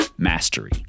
Mastery